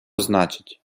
значить